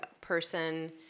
person